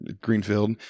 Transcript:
Greenfield